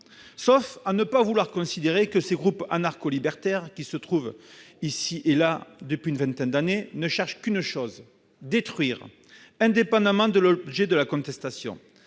sauf à ne pas vouloir considérer que ces groupes anarcho-libertaires, qui déploient leur violence ici et là depuis une vingtaine d'années, ne cherchent qu'une chose : détruire, indépendamment de l'objet de la contestation.